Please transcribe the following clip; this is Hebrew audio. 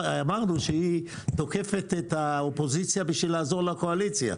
אמרנו שהיא תוקפת את האופוזיציה בשביל לעזור לקואליציה.